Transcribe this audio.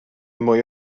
mwy